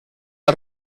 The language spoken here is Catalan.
els